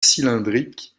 cylindrique